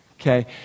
Okay